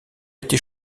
été